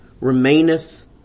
remaineth